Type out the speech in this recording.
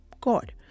god